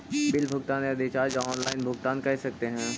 Bill भुगतान या recharge online भुगतान कर सकते हैं?